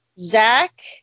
Zach